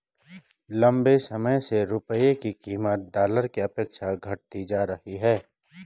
लंबे समय से रुपये की कीमत डॉलर के अपेक्षा घटती जा रही है